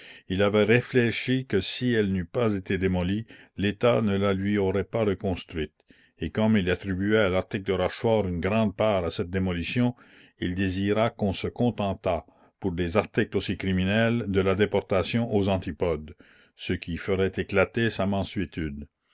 il avait réfléchi que si elle n'eût pas été démolie l'état ne la lui aurait pas reconstruite et comme il attribuait à l'article de rochefort une grande part à cette démolition il désira qu'on se contentât pour des articles aussi criminels de la déportation la commune aux antipodes ce qui ferait éclater sa mansuétude